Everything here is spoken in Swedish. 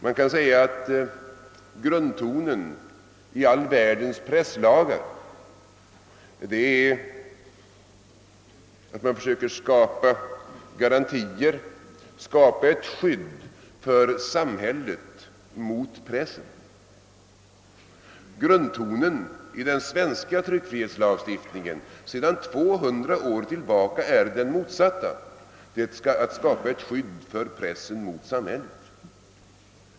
Man kan säga att grundtonen i all världens presslagar är att försöka skapa ett skydd för samhället mot pressen. Grundtonen i den svenska tryckfrihetslagstiftningen sedan 200 år tillbaka är den motsatta: att skapa ett skydd för pressen mot samhället.